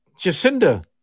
Jacinda